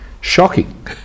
shocking